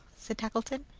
said tackleton.